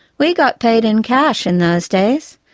we got paid in cash in those days,